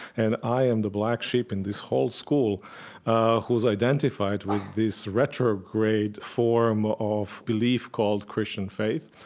and i am the black sheep in this whole school who's identified with this retrograde form of belief called christian faith.